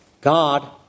God